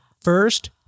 first-